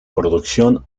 producción